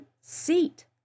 seat